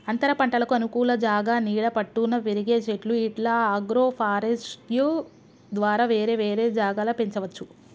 అంతరపంటలకు అనుకూల జాగా నీడ పట్టున పెరిగే చెట్లు ఇట్లా అగ్రోఫారెస్ట్య్ ద్వారా వేరే వేరే జాగల పెంచవచ్చు